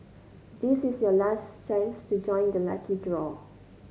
this is your last chance to join the lucky draw